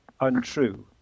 untrue